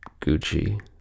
Gucci